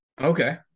Okay